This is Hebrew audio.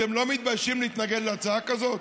אתם לא מתביישים להתנגד להצעה כזאת?